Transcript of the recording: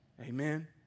Amen